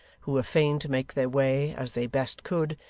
who were fain to make their way, as they best could,